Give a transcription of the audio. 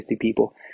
people